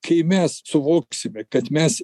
kai mes suvoksime kad mes